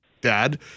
Dad